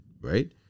right